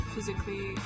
Physically